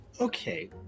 Okay